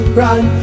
run